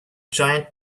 giant